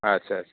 आटसा